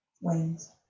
Wings